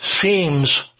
seems